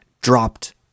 dropped